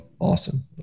awesome